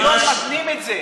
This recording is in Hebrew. היום מתנים את זה.